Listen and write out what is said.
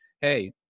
Hey